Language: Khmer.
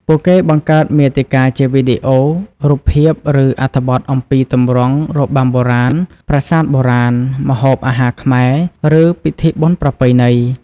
ពួកគេបង្កើតមាតិកាជាវីដេអូ រូបភាព ឬអត្ថបទអំពីទម្រង់របាំបុរាណ ប្រាសាទបុរាណ ម្ហូបអាហារខ្មែរ ឬពិធីបុណ្យប្រពៃណី។